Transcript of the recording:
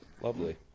lovely